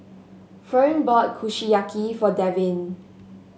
Fern bought Kushiyaki for Devin